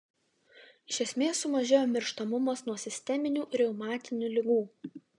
iš esmės sumažėjo mirštamumas nuo sisteminių reumatinių ligų